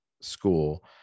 school